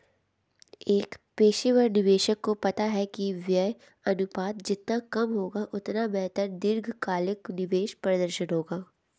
एक पेशेवर निवेशक को पता है कि व्यय अनुपात जितना कम होगा, उतना बेहतर दीर्घकालिक निवेश प्रदर्शन होगा